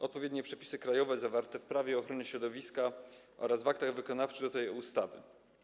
Odpowiednie przepisy krajowe są zawarte w Prawie ochrony środowiska oraz w aktach wykonawczych do tej ustawy.